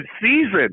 season